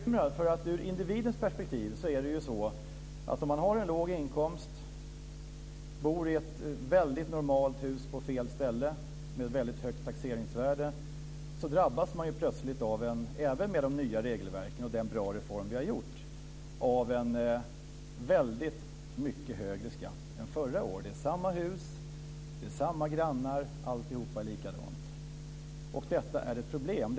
Fru talman! Jag är lite bekymrad. Ur individens perspektiv är det så att om man har en låg inkomst och bor i ett normalt hus på fel ställe där taxeringsvärdena är mycket höga, då drabbas man även med de nya regelverket - det är en bra reform - plötsligt av en väldigt mycket högre skatt än förra året. Det rör sig om samma hus, samma grannar och allt annat är likadant. Detta är ett problem.